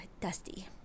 dusty